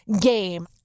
game